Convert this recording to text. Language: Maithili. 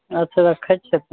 अच्छा रखै छी फोन